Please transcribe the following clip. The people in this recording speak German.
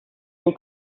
gut